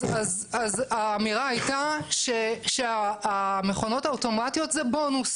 אז האמירה הייתה שהמכונות האוטומטיות זה בונוס.